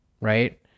right